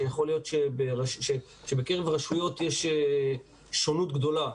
שיכול להיות שבקרב הרשויות יש שונות גדולה,